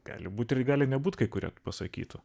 gali būt ir gali nebūt kai kurie pasakytų